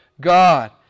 God